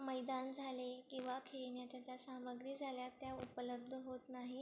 मैदान झाले किंवा खेळण्याच्या ज्या सामग्री झाल्या त्या उपलब्ध होत नाही